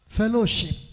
fellowship